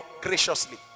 graciously